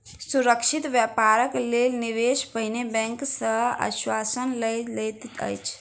सुरक्षित व्यापारक लेल निवेशक पहिने बैंक सॅ आश्वासन लय लैत अछि